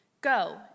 go